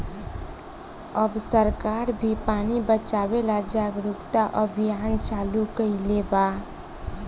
अब सरकार भी पानी बचावे ला जागरूकता अभियान चालू कईले बा